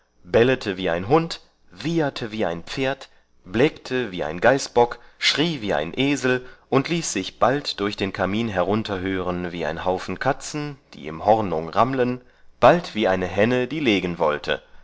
wie ein hund wieherte wie ein pferd blekte wie ein geißbock schrie wie ein esel und ließ sich bald durch den kamin herunter hören wie ein haufen katzen die im hornung rammlen bald wie eine henne die legen wollte